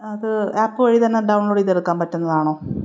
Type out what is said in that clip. അത് ആപ്പ് വഴി തന്നെ ഡൗൺലോഡ് ചെയ്തെടുക്കൻ പറ്റുന്നത് ആണോ